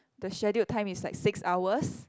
the scheduled time is like six hours